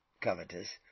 covetous